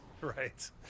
Right